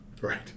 Right